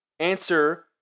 answer